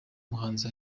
muhanzi